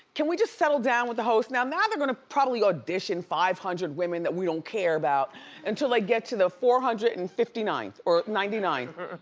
can we just settle down with the hosts? now now they're gonna probably audition five hundred women that we don't care about until they get to the four hundred and fifty ninth or ninety ninth. i'm